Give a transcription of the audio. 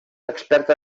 experta